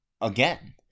again